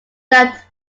that